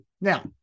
Now